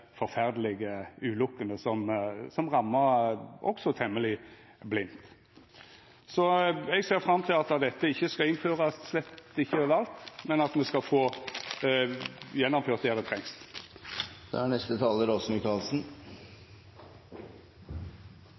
forferdelege ulykkene som også rammar temmeleg blindt. Eg ser fram til at dette skal innførast, slett ikkje overalt, men at me skal få det gjennomført der det